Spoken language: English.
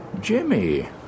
Jimmy